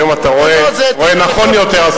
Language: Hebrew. שהיום אתה רואה נכון יותר,